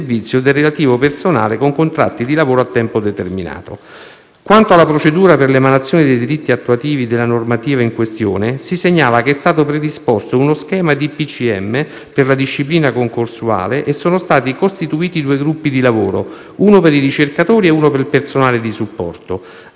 Quanto alla procedura per l'emanazione dei decreti attuativi della normativa in questione, si segnala che è stato predisposto uno schema di decreto del Presidente del Consiglio dei ministri per la disciplina concorsuale e sono stati costituiti due gruppi di lavoro, uno per i ricercatori e uno per il personale di supporto, ai fini della definizione dei criteri di valutazione annuale